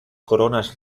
coronas